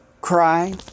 cry